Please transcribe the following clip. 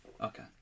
Okay